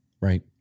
right